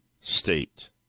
state